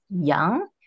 young